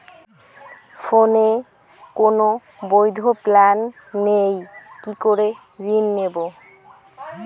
ফোনে কোন বৈধ প্ল্যান নেই কি করে ঋণ নেব?